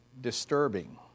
disturbing